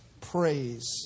praise